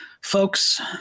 folks